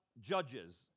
judges